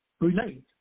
relate